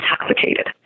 intoxicated